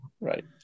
right